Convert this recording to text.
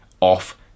off